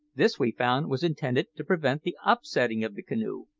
this, we found, was intended to prevent the upsetting of the canoe,